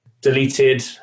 deleted